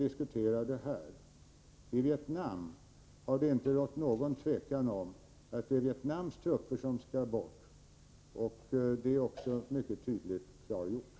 I Vietnam har det inte rått något tvivel om att det är Vietnams trupper som skall bort. Det är mycket tydligt klargjort.